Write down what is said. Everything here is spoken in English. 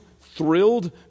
thrilled